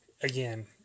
again